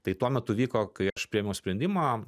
tai tuo metu vyko kai aš priėmiau sprendimą